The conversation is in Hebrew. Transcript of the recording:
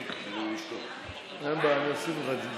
אדוני היושב-ראש,